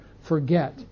forget